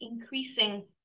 increasing